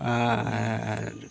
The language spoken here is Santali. ᱟᱨ